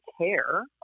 care